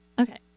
Okay